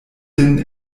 sin